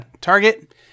target